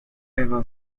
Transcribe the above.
ever